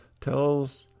tells